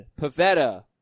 Pavetta